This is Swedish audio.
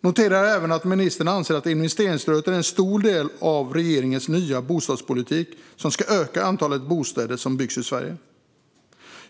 Jag noterar även att ministern anser att investeringsstödet är en stor del av regeringens nya bostadspolitik, som ska öka antalet bostäder som byggs i Sverige.